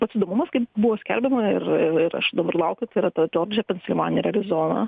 pats įdomumas kaip buvo skelbiama ir ir ir aš dabar laukiu tai yra ta džordžija pensilvanija ir arizona